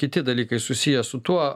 kiti dalykai susiję su tuo